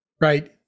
right